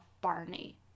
Barney